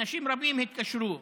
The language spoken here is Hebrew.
אנשים רבים התקשרו.